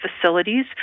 facilities